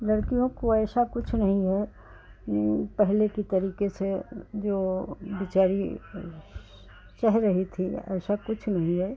लड़कियों को ऐसा कुछ नहीं है पहले के तरीके से जो बेचारी सह रही थी ऐसा कुछ नहीं है